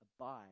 abide